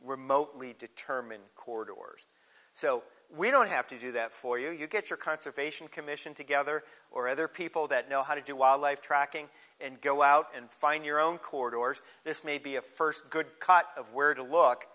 remotely determine corps doors so we don't have to do that for you you get your conservation commission together or other people that know how to do wildlife tracking and go out and find your own corridors this may be a first good cut of where to look